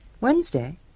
Wednesday